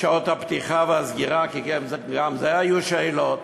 שעות הפתיחה והסגירה, כי גם על זה היו שאלות,